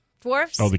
dwarfs